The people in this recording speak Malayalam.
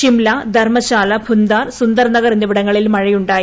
ഷിംല ധർമ്മശാല ഭൂന്താർ സുന്ദർനഗർ എന്നിവിടങ്ങളിൽ മഴ ഉണ്ടായി